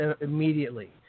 immediately